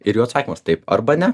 ir jų atsakymas taip arba ne